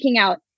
out